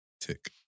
Tick